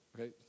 Okay